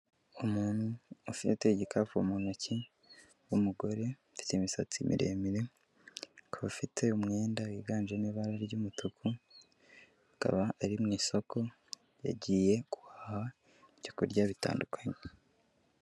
Umuntu ufite igikapu mu ntoki. Umugore ufite imisatsi miremire akaba afite umwenda wiganjemo ibara ry'umutuku akaba ari mu isoko, yagiye guhaha ibyokurya bitandukanye.